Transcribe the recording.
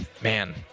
Man